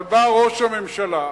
אבל בא ראש הממשלה,